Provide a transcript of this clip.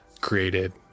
created